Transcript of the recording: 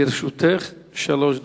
לרשותך שלוש דקות.